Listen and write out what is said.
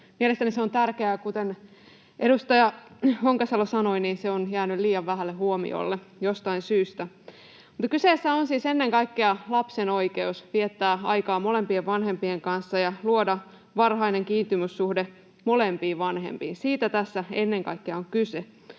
mielestäni se on tärkeää. Kuten edustaja Honkasalo sanoi, niin se on jäänyt liian vähälle huomiolle jostain syystä. Mutta kyseessä on siis ennen kaikkea lapsen oikeus viettää aikaa molempien vanhempien kanssa ja luoda varhainen kiintymyssuhde molempiin vanhempiin. Siitä tässä ennen kaikkea on kyse.